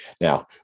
Now